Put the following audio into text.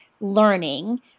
learning